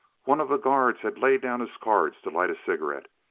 one of the guards had laid down his cards to light a cigarette,